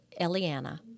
Eliana